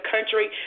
country